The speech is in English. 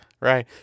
Right